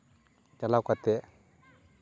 ᱪᱟᱞᱟᱣ ᱠᱟᱛᱮ